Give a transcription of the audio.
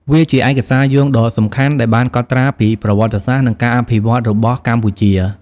វាជាឯកសារយោងដ៏សំខាន់ដែលបានកត់ត្រាពីប្រវត្តិសាស្ត្រ និងការអភិវឌ្ឍន៍របស់កម្ពុជា។